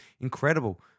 incredible